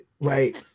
right